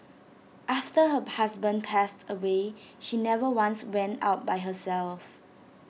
after her husband passed away she never once went out by herself